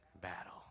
battle